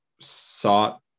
sought